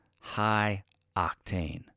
high-octane